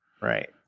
Right